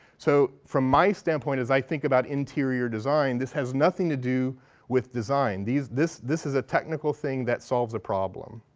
so from my standpoint, as i think about interior design, this has nothing to do with design. this this is a technical thing that solves a problem.